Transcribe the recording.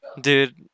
dude